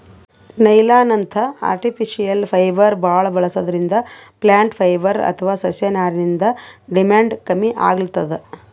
ನೈಲಾನ್ನಂಥ artificial fibre ಭಾಳ್ ಬಳಸದ್ರಿಂದ plant fibre ಅಥವಾ ಸಸ್ಯನಾರಿಂದ್ ಡಿಮ್ಯಾಂಡ್ ಕಮ್ಮಿ ಆಗ್ಲತದ್